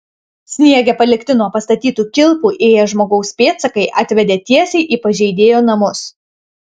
sniege palikti nuo pastatytų kilpų ėję žmogaus pėdsakai atvedė tiesiai į pažeidėjo namus